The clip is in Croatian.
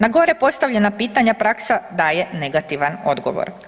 Na gore postavljena pitanja praksa daje negativan odgovor.